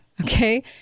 Okay